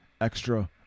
extra